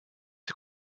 ses